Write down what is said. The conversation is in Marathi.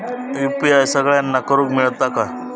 यू.पी.आय सगळ्यांना करुक मेलता काय?